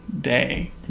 day